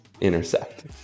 intersect